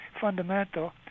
fundamental